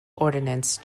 ordinance